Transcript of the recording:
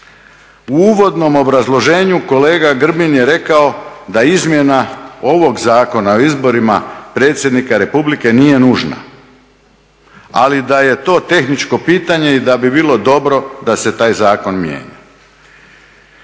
U uvodnom obrazloženju kolega Grbin je rekao da izmjena ovog Zakona o izborima predsjednika Republike nije nužna, ali da je to tehničko pitanje i da bi bilo dobro da se taj zakon mijenja.